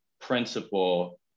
principle